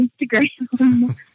Instagram